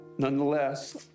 Nonetheless